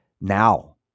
now